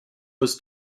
was